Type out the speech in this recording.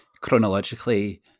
chronologically